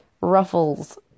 ruffles